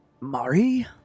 Mari